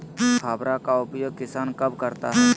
फावड़ा का उपयोग किसान कब करता है?